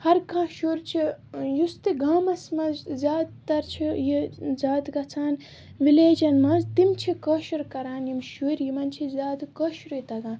ہر کانٛہہ شُر چھُ ٲں یُس تہِ گامَس منٛز زیادٕ تَر چھِ یہِ زیادٕ گژھان وِلیجَن منٛز تِم چھِ کٲشُر کران یِم شُرۍ یِمَن چھِ زیادٕ کٲشرُے تگان